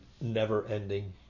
never-ending